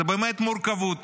זו מורכבות